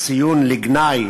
ציון לגנאי